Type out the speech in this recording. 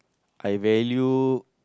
I value